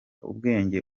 ubwenge